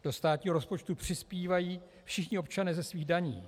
Do státního rozpočtu přispívají všichni občané ze svých daní.